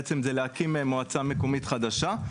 זה להקים מועצה מקומית חדשה.